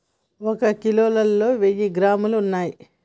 ఒక కిలోలో వెయ్యి గ్రాములు ఉన్నయ్